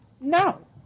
No